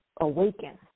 awaken